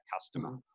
customer